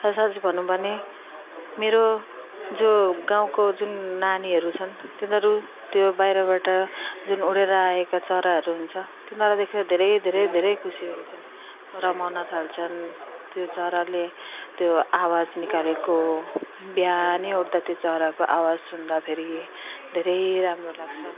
साँचो भनौँ भने मेरो जो गाउँको जुन नानीहरू छन् तिनीहरू त्यो बाहिरबाट जुन उडेर आएका चराहरू हुन्छ तिनीहरूलाई देखेर धेरै धेरै धेरै खुसी हुन्छन् रमाउन थाल्छन् त्यो चराले त्यो आवाज निकालेको बिहान उठ्दा त्यो चराको आवाज सुन्दाफेरि धेरै राम्रो लाग्छ